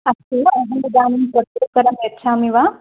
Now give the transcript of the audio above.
अस्तु अहमिदानीं प्रत्युत्तरं यच्छामि वा